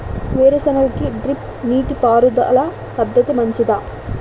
వేరుసెనగ కి డ్రిప్ నీటిపారుదల పద్ధతి మంచిదా?